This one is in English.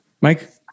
Mike